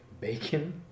Bacon